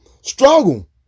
struggle